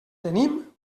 tenim